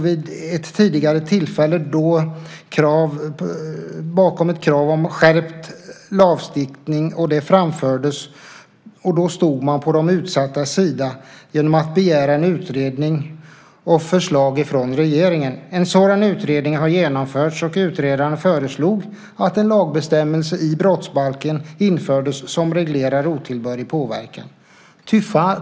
Vid ett tidigare tillfälle då krav om skärpt lagstiftning framfördes stod riksdagen på de utsattas sida genom att begära en utredning och förslag från regeringen. En sådan utredning har genomförts. Utredaren föreslog att en lagbestämmelse skulle införas i brottsbalken som reglerar otillbörlig påverkan.